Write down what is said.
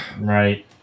Right